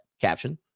caption